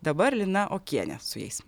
dabar lina okienė su jais